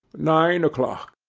nine o'clock.